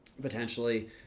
Potentially